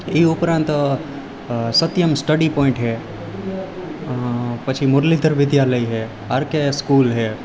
ઈ ઉપરાંત Satyam study point છે પછી મુરલીધર વિદ્યાલય છે આરકે એ સ્કુલ છે